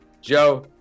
Joe